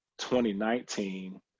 2019